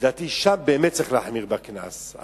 לדעתי שם באמת צריך להחמיר את הקנס,